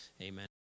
Amen